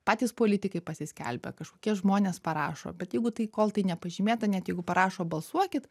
patys politikai pasiskelbia kažkokie žmonės parašo bet jeigu tai kol tai nepažymėta net jeigu parašo balsuokit